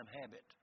habit